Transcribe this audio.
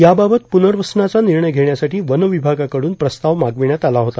याबाबत पुनर्वसनाचा निर्णय घेण्यासाठी वनविभागाकडून प्रस्ताव मागविण्यात आला होता